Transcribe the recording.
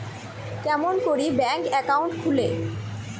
কেমন করি bank account খুলে?